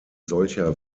solcher